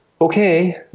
okay